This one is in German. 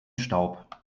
staub